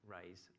raise